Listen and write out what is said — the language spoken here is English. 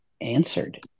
answered